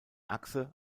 achse